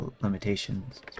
limitations